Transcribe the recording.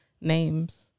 names